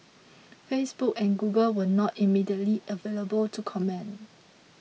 Facebook and Google were not immediately available to comment